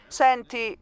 senti